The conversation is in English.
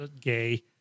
gay